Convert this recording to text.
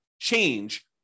change